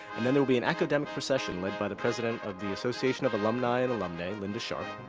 and then there'll be an academic procession led by the president of the association of alumni and alumnae, linda sharpe.